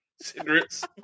Cigarettes